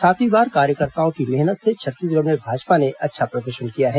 सातवीं बार कार्यकर्ताओं की मेहनत से छत्तीसगढ़ में भाजपा ने अच्छा प्रदर्शन किया है